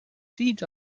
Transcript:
feeds